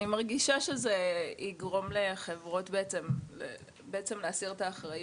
אני מרגישה שזה יגרום לחברות בעצם להסיר את האחריות.